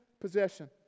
possession